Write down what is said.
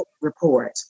report